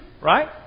right